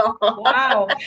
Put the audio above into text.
Wow